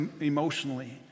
emotionally